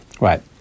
Right